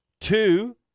Two